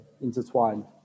intertwined